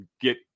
get